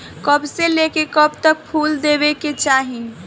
कब से लेके कब तक फुल देवे के चाही?